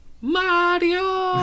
Mario